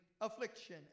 affliction